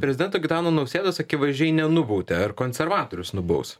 prezidento gitano nausėdos akivaizdžiai nenubaudė ar konservatorius nubaus